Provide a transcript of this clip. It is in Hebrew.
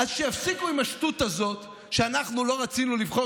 אז שיפסיקו עם השטות הזאת שאנחנו לא רצינו לבחור